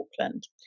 Auckland